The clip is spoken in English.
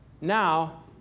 Now